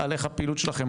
על איך הפעילות שלכם,